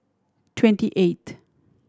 twenty eight